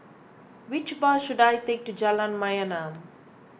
which bus should I take to Jalan Mayaanam